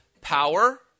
power